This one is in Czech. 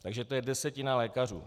Takže to je desetina lékařů.